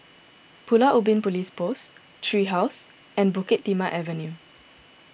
Pulau Ubin Police Post Tree House and Bukit Timah Avenue